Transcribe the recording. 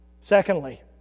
Secondly